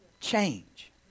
change